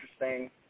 interesting